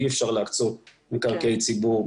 אי אפשר להקצות מקרקעי ציבור,